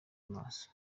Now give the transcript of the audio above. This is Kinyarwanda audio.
amaso